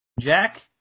Jack